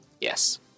Yes